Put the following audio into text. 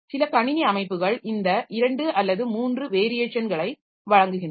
சில கணினி அமைப்புகள் இந்த இரண்டு அல்லது மூன்று வேரியேஷன்களை வழங்குகின்றன